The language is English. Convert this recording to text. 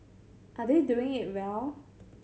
are they doing it well